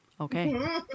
Okay